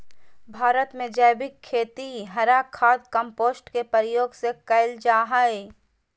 भारत में जैविक खेती हरा खाद, कंपोस्ट के प्रयोग से कैल जा हई